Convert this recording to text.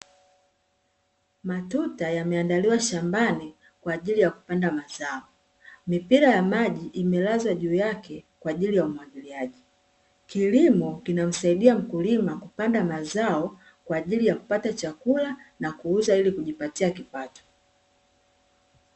Matuta yameandaliwa shambani kwa ajili ya kupanda mazao, mipira ya maji imelazwa juu yake kwa ajili ya umwagiliaji, kilimo kinamsaidia mkulima kupanda mazao kwa ajili ya kupata chakula na kuuza ili kujipatia kipato.